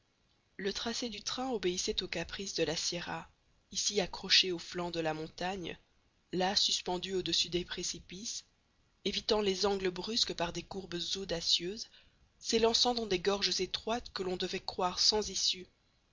le tracé du train obéissait aux caprices de la sierra ici accroché aux flancs de la montagne là suspendu au-dessus des précipices évitant les angles brusques par des courbes audacieuses s'élançant dans des gorges étroites que l'on devait croire sans issues